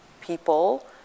people